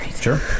Sure